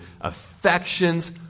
affections